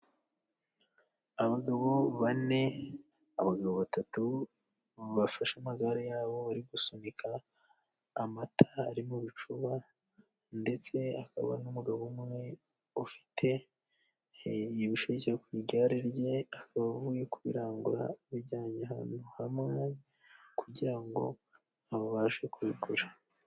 Abagabo bane, abagabo batatu bafashe amagare yabo bari gusunika, amata ari mu bicuba ndetse hakaba n'umugabo umwe ufite ibisheke ku igare rye, akaba avuye kubirangura abijyanye ahantu hamwe kugira ngo babashe kubigura.